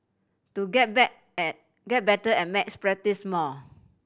to get bet and get better at maths practice more